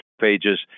pages